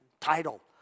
title